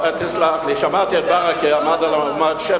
תסלח לי, שמעתי את ברכה, עמד על הבמה שבע